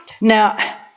Now